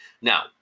Now